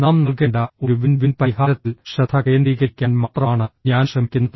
നാം നൽകേണ്ട ഒരു വിൻ വിൻ പരിഹാരത്തിൽ ശ്രദ്ധ കേന്ദ്രീകരിക്കാൻ മാത്രമാണ് ഞാൻ ശ്രമിക്കുന്നത്